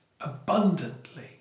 abundantly